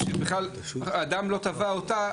כשבכלל אדם לא תבע אותה,